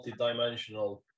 multidimensional